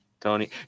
Tony